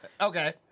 Okay